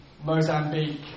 Mozambique